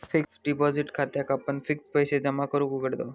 fixed deposit खात्याक आपण fixed पैशे जमा करूक उघडताव